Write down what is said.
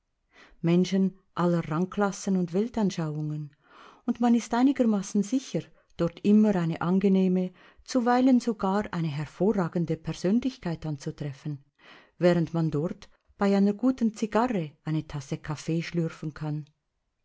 menschen aller rangklassen und weltanschauungen und man ist einigermaßen sicher dort immer eine angenehme zuweilen sogar eine hervorragende persönlichkeit anzutreffen während man dort bei einer guten zigarre eine tasse kaffee schlürfen kann